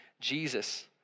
Jesus